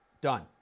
done